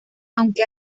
aunque